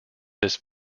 this